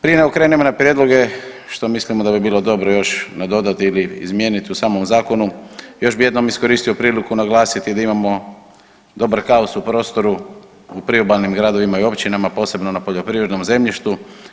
Prije nego krenemo na prijedlog što mislimo da bi bilo još nadodati ili izmijeniti u samom zakonu još bih jednom iskoristio priliku naglasiti da imamo dobar haos u prostoru u priobalnim gradovima i općinama posebno na poljoprivrednom zemljištu.